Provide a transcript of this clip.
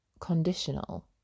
conditional